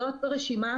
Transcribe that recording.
זאת רשימה